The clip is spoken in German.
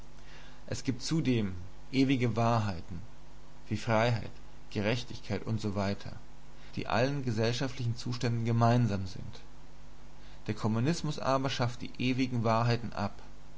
es gibt zudem ewige wahrheiten wie freiheit gerechtigkeit usw die allen gesellschaftlichen zuständen gemeinsam sind der kommunismus aber schafft die ewigen wahrheiten ab